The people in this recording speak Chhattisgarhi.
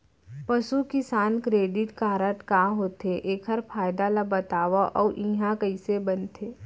पसु किसान क्रेडिट कारड का होथे, एखर फायदा ला बतावव अऊ एहा कइसे बनथे?